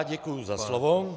Děkuji za slovo.